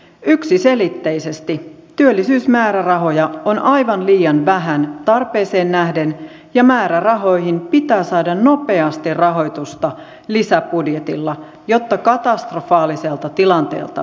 yksiselitteisesti työllisyysmäärärahoja on aivan liian vähän tarpeeseen nähden ja määrärahoihin pitää saada nopeasti rahoitusta lisäbudjetilla jotta katastrofaaliselta tilanteelta vältytään